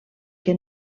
que